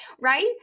Right